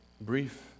brief